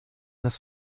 this